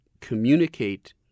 communicate